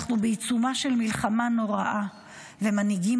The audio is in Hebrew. אנחנו בעיצומה של מלחמה נוראה ומנהיגים